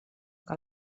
que